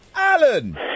Alan